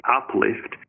uplift